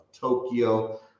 tokyo